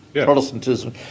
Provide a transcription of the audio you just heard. Protestantism